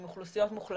עם אוכלוסיות מוחלשות,